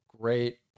great